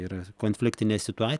yra konfliktinė situa